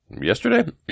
yesterday